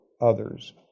others